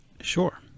Sure